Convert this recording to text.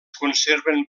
conserven